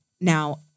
Now